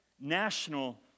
national